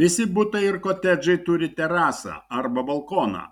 visi butai ir kotedžai turi terasą arba balkoną